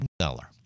seller